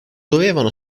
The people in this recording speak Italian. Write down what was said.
dovevano